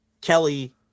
Kelly